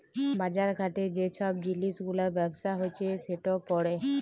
বাজার ঘাটে যে ছব জিলিস গুলার ব্যবসা হছে সেট পড়ে